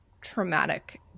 traumatic